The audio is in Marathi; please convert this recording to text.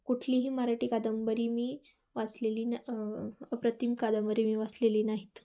कुठलीही मराठी कादंबरी मी वाचलेली ना अप्रतिम कादंबरी मी वाचलेली नाहीत